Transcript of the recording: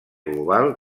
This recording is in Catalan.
global